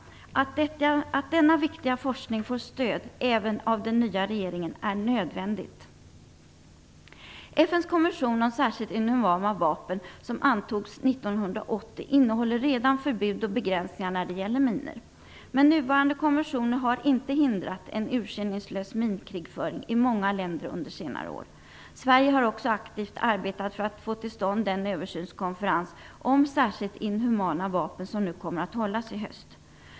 Att denna viktiga forskning får stöd även av den nya regeringen är nödvändigt. FN:s konvention om särskilt inhumana vapen, som antogs 1980, innehåller redan förbud och begränsningar när det gäller minor. Men nuvarande konvention har inte hindrat en urskillningslös minkrigföring i många länder under senare år. Sverige har också aktivt arbetat för att få till stånd den översynskonferens om särskilt inhumana vapen som kommer att hållas i höst.